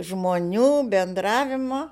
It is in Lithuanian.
žmonių bendravimo